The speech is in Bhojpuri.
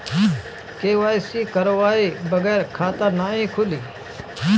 के.वाइ.सी करवाये बगैर खाता नाही खुली?